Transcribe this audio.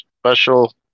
special